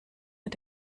mit